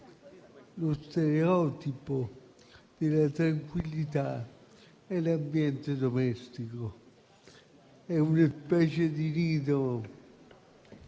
lo stereotipo della tranquillità, è l'ambiente domestico, una specie di nido